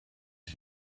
ich